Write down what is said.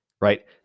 Right